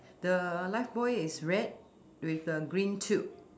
the life buoy is red with the green tube